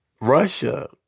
Russia